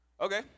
okay